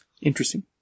Interesting